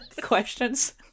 Questions